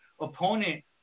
opponent